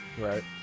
Right